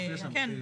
כן.